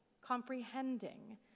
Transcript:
comprehending